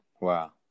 Wow